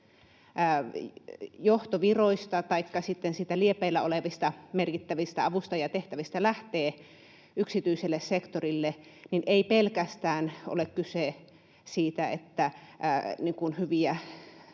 johtoviroista taikka sitten siinä liepeillä olevista merkittävistä avustajatehtävistä lähtee yksityiselle sektorille, niin ei pelkästään ole kyse siitä, että